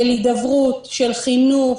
של הידברות, של חינוך,